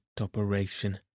operation